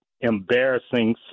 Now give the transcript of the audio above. embarrassing